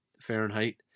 Fahrenheit